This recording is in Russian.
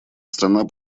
страна